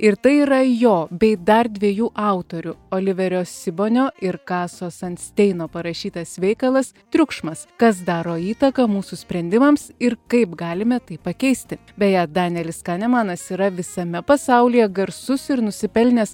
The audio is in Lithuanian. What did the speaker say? ir tai yra jo bei dar dviejų autorių oliverio sibonio ir kaso sansteino parašytas veikalas triukšmas kas daro įtaką mūsų sprendimams ir kaip galime tai pakeisti beje danielis kanemanas yra visame pasaulyje garsus ir nusipelnęs